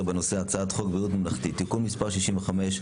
בנושא: הצעת חוק ביטוח בריאות ממלכתי (תיקון מס' 65)